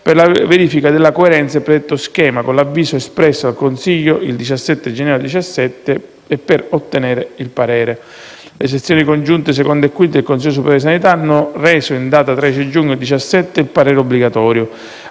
per la verifica della coerenza del predetto schema con l'avviso espresso dal Consiglio il 17 gennaio 2017 e per ottenere il parere. Le sezioni congiunte II e V del Consiglio superiore di sanità hanno reso in data 13 giugno 2017 il parere obbligatorio.